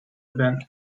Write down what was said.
event